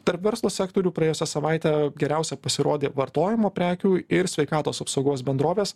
tarp verslo sektorių praėjusią savaitę geriausiai pasirodė vartojimo prekių ir sveikatos apsaugos bendrovės